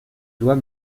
dois